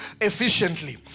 efficiently